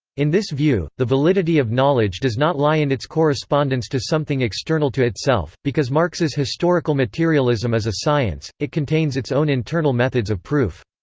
in this view, the validity of knowledge does not lie in its correspondence to something external to itself because marx's historical materialism is a science, it contains its own internal methods of proof.